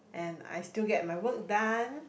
and I still get my work done